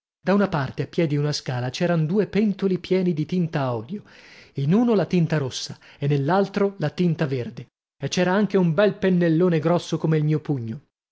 da una parte a piè di una scala c'eran due pentoli pieni di tinta a olio in uno la tinta rossa e nellaltro la tinta verde e c'era anche un bel pennellone grosso come il mio pugno